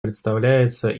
представляется